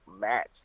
match